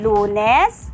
Lunes